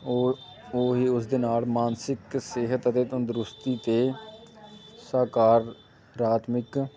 ਉਹ ਉਹ ਹੀ ਉਸ ਦੇ ਨਾਲ ਮਾਨਸਿਕ ਸਿਹਤ ਅਤੇ ਤੰਦਰੁਸਤੀ 'ਤੇ ਸਾਕਾਰਤਮਿਕ